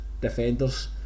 defenders